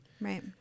Right